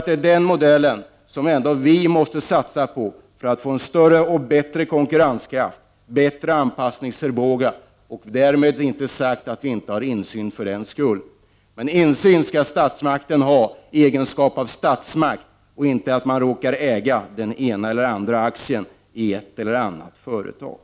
Det är den modellen vi måste satsa på för att få bättre konkurrenskraft och bättre anpassningsförmåga. Därmed inte sagt att vi inte skall ha insyn. Statsmakten skall ha insyn i egenskap av statsmakt och inte som ägare till en eller annan aktie i ett eller annat företag.